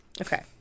Okay